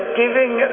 giving